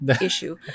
issue